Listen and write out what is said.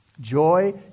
Joy